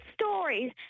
stories